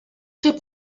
très